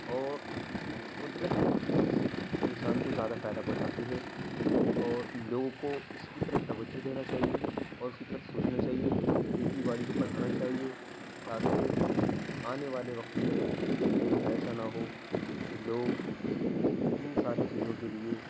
اور قدرت کی چیز انسان كو زیادہ فائدہ پہنچاتی ہے اور لوگوں کو اس کی طرف توجہ دینا چاہیے اور اس کی طرف سوچنا چاہیے کھیتی باڑی کو بڑھانا چاہیے تا کہ آنے والے وقت میں کہیں ایسا نہ ہو کہ لوگ ان ساری چیزوں کے لیے